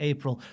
April